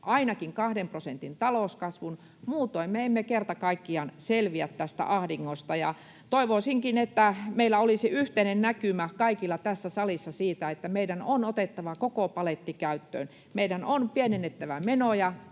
ainakin kahden prosentin talouskasvun, muutoin me emme kerta kaikkiaan selviä tästä ahdingosta. Toivoisinkin, että meillä olisi yhteinen näkymä kaikilla tässä salissa siitä, että meidän on otettava koko paletti käyttöön: meidän on pienennettävä menoja,